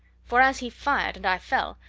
for as he fired and i fell,